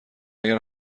اگر